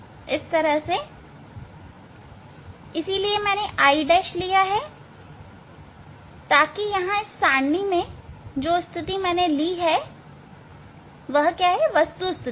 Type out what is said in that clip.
इसलिए मैंने I' लिया हैं ताकि यहां इस सारणी में मैंने जो स्थिति ली है यह वस्तु की स्थिति है